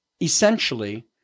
essentially